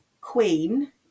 queen